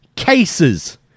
cases